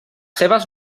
seves